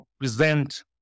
present